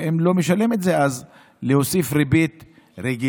ואם לא משלם את זה אז להוסיף ריבית רגילה,